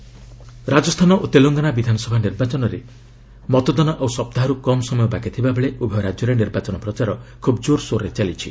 election Rajasthan ଓ ତେଲେଙ୍ଗାନା ବିଧାନସଭା ନିର୍ବାଚନରେ ମତଦାନ ଆଉ ସପ୍ତାହେରୁ କମ୍ ସମୟ ବାକିଥିବାବେଳେ ଉଭୟ ରାଜ୍ୟରେ ନିର୍ବାଚନ ପ୍ରଚାର ଖ୍ରବ୍ ଜୋର୍ସୋର୍ରେ ଚାଲିଛି